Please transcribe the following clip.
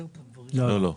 לא, לא.